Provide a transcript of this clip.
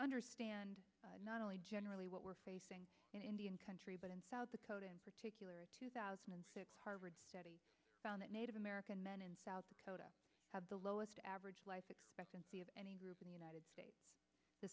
understand not only generally what we're facing in indian country but in south dakota in particular a two thousand and six harvard study found that native american men in south dakota have the lowest average life expectancy of any group in the united states t